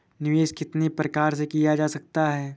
निवेश कितनी प्रकार से किया जा सकता है?